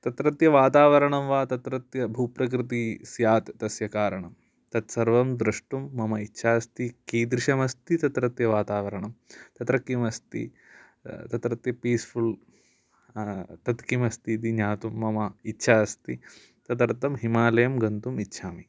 तत्रत्य वातावरणं वा तत्रत्य भूप्रकृति स्यात् तस्य कारणं तत् सर्वं द्रष्टुं मम इच्छा अस्ति कीदृशम् अस्ति तत्रत्य वातावरणं तत्र किम् अस्ति तत्रत्य पीस्फुल् तत् किम् अस्ति इति ज्ञातुं मम इच्छा अस्ति तदर्थं हिमालयं गन्तुम् इच्छामि